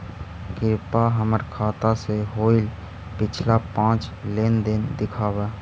कृपा हमर खाता से होईल पिछला पाँच लेनदेन दिखाव